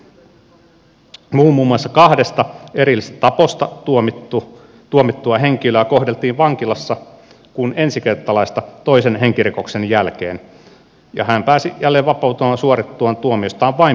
muun muassa kahdesta erillisestä taposta tuomittua henkilöä kohdeltiin vankilassa kuin ensikertalaista toisen henkirikoksen jälkeen ja hän pääsi jälleen vapauteen suoritettuaan tuomiostaan vain puolet